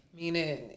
Meaning